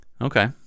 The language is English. okay